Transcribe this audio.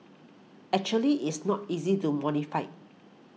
actually it's not easy to modify